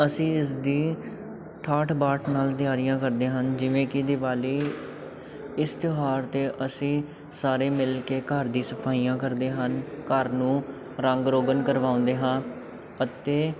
ਅਸੀਂ ਇਸ ਦੀ ਠਾਠ ਬਾਠ ਨਾਲ ਤਿਆਰੀਆਂ ਕਰਦੇ ਹਨ ਜਿਵੇਂ ਕਿ ਦੀਵਾਲੀ ਇਸ ਤਿਉਹਾਰ 'ਤੇ ਅਸੀਂ ਸਾਰੇ ਮਿਲ ਕੇ ਘਰ ਦੀ ਸਫਾਈਆਂ ਕਰਦੇ ਹਨ ਘਰ ਨੂੰ ਰੰਗ ਰੋਗਨ ਕਰਵਾਉਂਦੇ ਹਾਂ ਅਤੇ